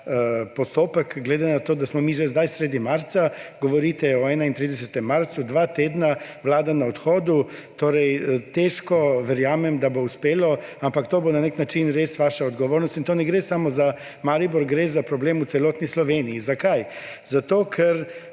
postopek, glede na to, da smo mi že zdaj sredi marca. Govorite o 31. marcu ‒ dva tedna, vlada na odhodu ‒; torej težko verjamem, da bo uspelo, ampak to bo na nek način res vaša odgovornost. In tu ne gre samo za Maribor, gre za problem v celotni Sloveniji. Zakaj? Zato, ker